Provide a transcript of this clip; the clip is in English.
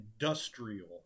industrial